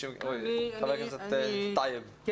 חבר הכנסת טייב, בבקשה.